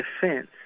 defense